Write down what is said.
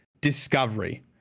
discovery